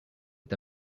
est